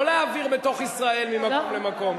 לא להעביר בתוך ישראל ממקום למקום.